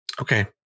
Okay